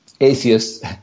atheist